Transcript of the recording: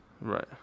Right